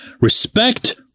Respect